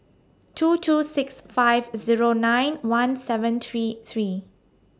two two six five Zero nine one seven three three